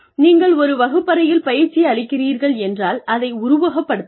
நீங்கள் ஒரு வகுப்பறையில் பயிற்சி அளிக்கிறீர்கள் என்றால் அதை உருவக படுத்துங்கள்